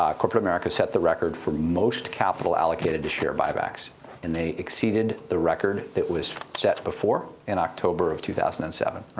um corporate america set the record for most capital allocated to share buybacks and they exceeded the record that was set before, in october of two thousand and seven.